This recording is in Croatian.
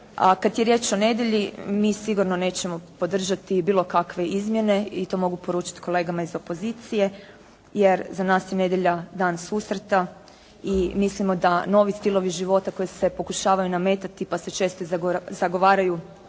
kada je riječ o nedjelji, mi sigurno nećemo podržati bilo kakve izmjene i to mogu poručiti kolegama iz opozicije, jer za nas je nedjelja dan susreta i mislimo da novi stilovi života koji se pokušavaju nametati pa se često i zagovaraju